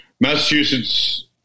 Massachusetts